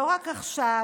לא רק עכשיו,